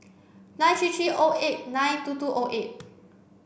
nine three three O eight nine two two O eight